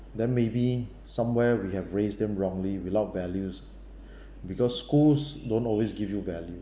then maybe somewhere we have raised them wrongly without values because schools don't always give you values